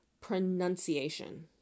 Pronunciation